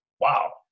Wow